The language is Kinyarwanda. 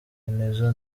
nizzo